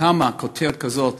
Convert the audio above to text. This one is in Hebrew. וכמה כותרת כזאת